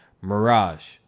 Mirage